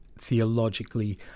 theologically